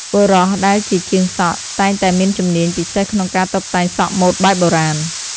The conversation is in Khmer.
បុរសដែលជាជាងសក់ តែងតែមានជំនាញពិសេសក្នុងការតុបតែងសក់ម៉ូតបែបបុរាណ។